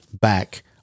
back